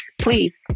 please